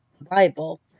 Bible